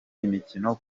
imikino